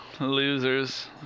losers